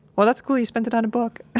well, that's cool you spent it on a book yeah